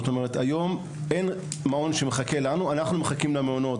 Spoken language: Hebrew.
היום אין מעון שמחכה לנו אנחנו מחכים למעונות.